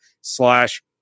slash